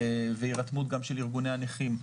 וגם הירתמות של ארגוני הנכים,